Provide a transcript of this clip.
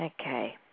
Okay